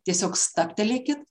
tiesiog stabtelėki